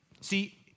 See